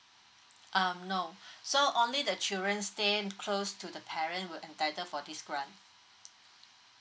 um no so only the children stay close to the parent will entitle for this grant